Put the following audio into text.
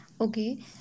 Okay